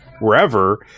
wherever